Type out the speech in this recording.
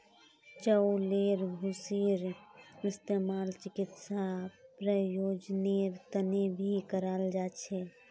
चउलेर भूसीर इस्तेमाल चिकित्सा प्रयोजनेर तने भी कराल जा छे